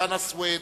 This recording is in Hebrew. חנא סוייד,